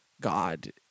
God